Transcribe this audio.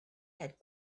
had